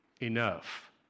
enough